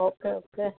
okay okay